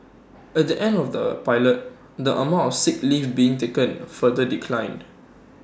at the end of the pilot the amount of sick leave being taken further declined